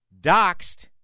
doxed